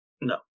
No